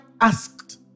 asked